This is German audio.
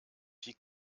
die